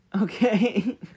Okay